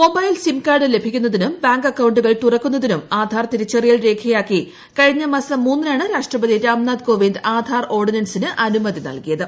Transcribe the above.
mobile sim card ലഭിക്കുന്നതിനും bank അക്കൌണ്ടുകൾ തുറക്കുന്നതിനും ആധാർ തിരിച്ചറിയൽ രേഖയാക്കി കഴിഞ്ഞമാസം മൂന്നിനാണ് രാഷ്ട്രപതി രാംനാഥ് കോവിന്ദ് ആധാർ ഓർഡിനൻസിന് അനുമതി നൽകിയത്